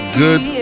good